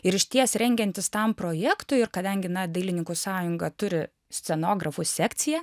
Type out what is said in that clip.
ir išties rengiantis tam projektui ir kadangi na dailininkų sąjunga turi scenografų sekciją